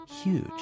huge